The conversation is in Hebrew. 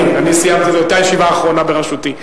אני סיימתי, זו היתה הישיבה האחרונה בראשותי.